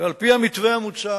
ועל-פי המתווה המוצע